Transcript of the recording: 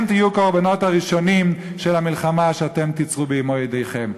אתם תהיו הקורבנות הראשונים של המלחמה שאתם תיצרו במו-ידיכם.